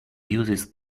uses